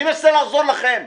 אני מנסה לעזור לכם.